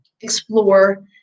explore